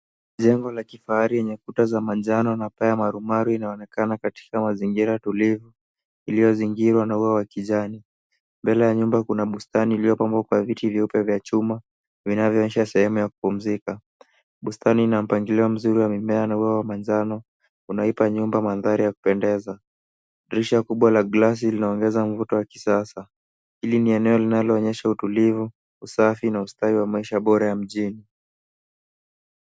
Jengo la kifahari lenye kuta za manjano na pia marumaru iliyozingirwa na ua wa kijani. Mbele ya nyumba kuna bustani iliyopambwa kwa viti vyeupe vya chuma; vinavyoonyesha sehemu ya kupumzika. Bustani na mpangilio mzuri wa mimea na ua wa manjano unaipa nyumba mandhari ya kupendeza. Dirisha kubwa la glasi linaongeza mvuto wa kisasa. Hili ni eneo linaloonyesha utulivu, usafi na ustawi wa maisha bora ya mjini.